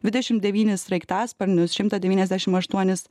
dvidešim devynis sraigtasparnius šimtą devyniasdešim aštuonis